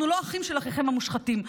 אנחנו לא אחים של אחיכם המושחתים.